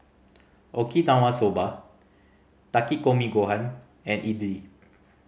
Okinawa Soba Takikomi Gohan and Idili